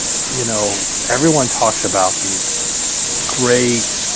you know everyone talks about these great,